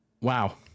wow